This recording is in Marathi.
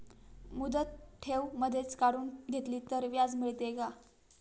मुदत ठेव मधेच काढून घेतली तर व्याज मिळते का?